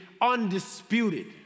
undisputed